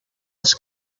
als